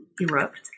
erupt